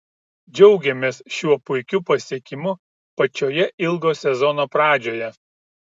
džiaugiamės šiuo puikiu pasiekimu pačioje ilgo sezono pradžioje